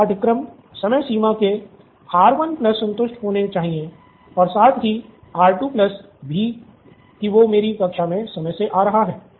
सभी पाठ्यक्रम समय सीमा के R1 प्लस संतुष्ट होने चाहिए और साथ ही R2 प्लस भी की वो मेरी कक्षा में समय से आ रहा हैं